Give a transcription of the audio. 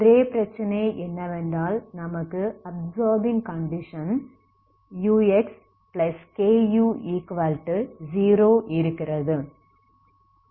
ஒரே பிரச்சனை என்னவென்றால் நமக்கு அப்சார்பிங் கண்டிஷன் uxku0 இருக்கிறது